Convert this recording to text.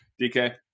DK